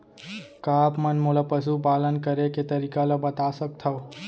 का आप मन मोला पशुपालन करे के तरीका ल बता सकथव?